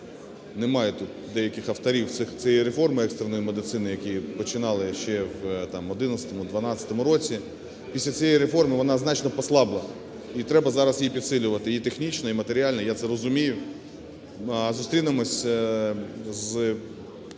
Немає тут деяких авторів цієї реформи екстреної медицини, які починали ще там в 2011-2012 роках. Після цієї реформи вона значно послабла і треба зараз її підсилювати і технічно, і матеріально, я це розумію. Зустрінемося з